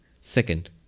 Second